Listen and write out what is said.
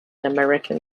american